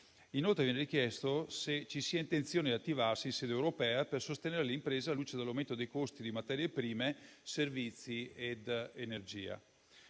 inoltre, viene chiesto se ci sia intenzione di attivarsi in sede europea per sostenere le imprese alla luce dell'aumento dei costi di materie prime, servizi ed energia.